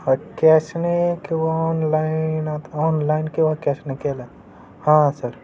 हा कॅशने किंवा ऑनलाईन आता ऑनलाईन किंवा कॅशने केलं हां सर